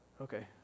okay